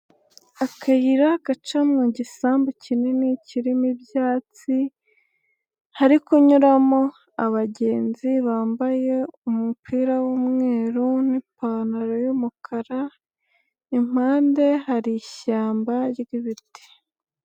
Akayira gaca mu gisambu kinini kirimo ibyatsi hari kunyuramo abagenzi bambaye umupira w'umweru n'ipantaro y'umukara impande hari ishyamba ry'ibiti.